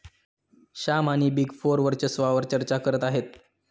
श्याम आणि big four वर्चस्वावार चर्चा करत आहेत